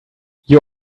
you